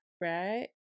right